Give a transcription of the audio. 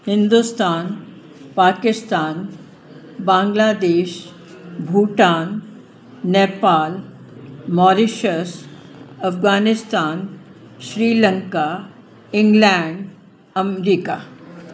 Hindustan Pakistan Bangladesh Bhutan Nepal Mauritius Afghanistan Sri Lanka England America